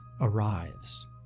arrives